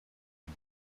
and